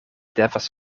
devas